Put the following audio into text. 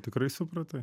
tikrai supratai